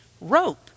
rope